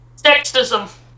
Sexism